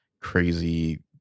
crazy